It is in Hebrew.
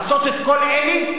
לעשות את כל אלה,